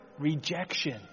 rejection